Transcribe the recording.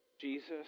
Jesus